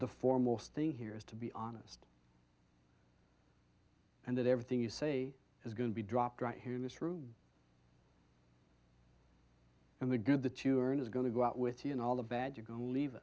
the foremost thing here is to be honest and that everything you say is going to be dropped right here in this room and we good that you are in is going to go out with you and all the bad you go and leave